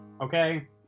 okay